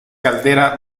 caldera